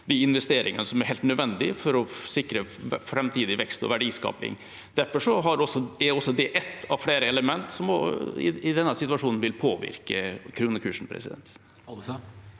de investeringene som er helt nødvendig for å sikre framtidig vekst og verdiskaping. Det er ett av flere element som i denne situasjonen vil påvirke kronekursen. Geir